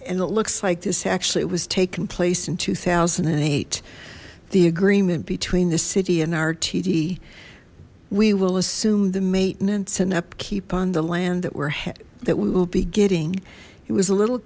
and it looks like this actually it was taken place in two thousand and eight the agreement between the city and rtd we will assume the maintenance and upkeep on the land that we're heading that we will be getting it was a little